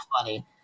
funny